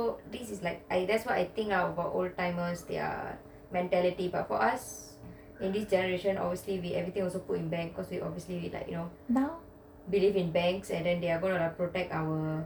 this is like that's what I think about old timers their mentality but for us in this generation obviously we everything put in banks because we believe in banks and they are gonna protect our